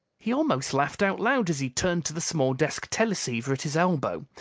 he almost laughed out loud as he turned to the small desk teleceiver at his elbow.